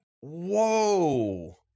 whoa